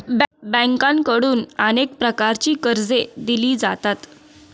बँकांकडून अनेक प्रकारची कर्जे दिली जातात